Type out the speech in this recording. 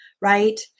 right